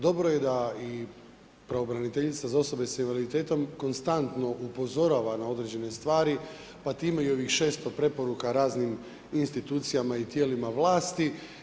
Dobro je da i pravobraniteljica za osobe s invaliditetom konstantno upozorava na određene stvari, pa time i ovih 600 preporuka raznim institucijama i tijelima vlasti.